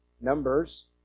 Numbers